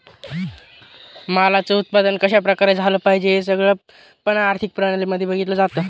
मालाच उत्पादन कशा प्रकारे झालं पाहिजे हे सगळं पण आर्थिक प्रणाली मध्ये बघितलं जातं